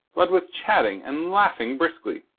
blood was chatting and laughing briskly.